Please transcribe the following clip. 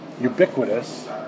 ubiquitous